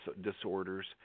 disorders